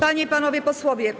Panie i Panowie Posłowie!